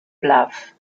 bluff